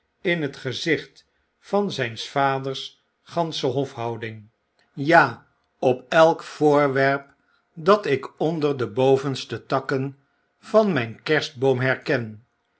in het gezicht van zyns vaders gansche hofhouding ovekdrukken ja op elk voorwerp dat ik onder de bovenste takken van mijn kerstboom herken